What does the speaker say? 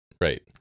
Right